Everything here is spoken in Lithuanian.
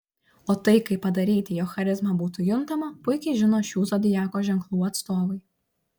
o tai kaip padaryti jog charizma būtų juntama puikiai žino šių zodiako ženklų atstovai